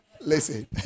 Listen